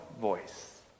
voice